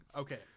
Okay